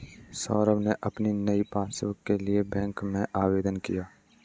सौरभ ने अपनी नई पासबुक के लिए बैंक में आवेदन किया